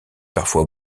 parfois